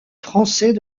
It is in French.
français